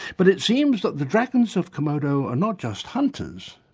but it seems that the dragons of komodo are not just hunters,